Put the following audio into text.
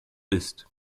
isst